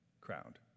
crowned